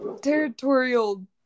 territorial